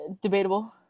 debatable